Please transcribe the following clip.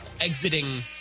exiting